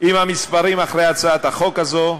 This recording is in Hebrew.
עם המספרים שמאחורי הצעת החוק הזו.